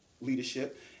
leadership